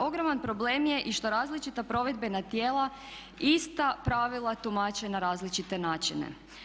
Ogroman problem je i što različita provedbena tijela ista pravila tumače na različite načine.